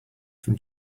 from